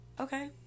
Okay